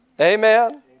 Amen